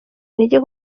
intege